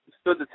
stood